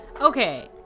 Okay